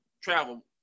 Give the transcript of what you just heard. travel